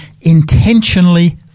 intentionally